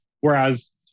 Whereas